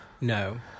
No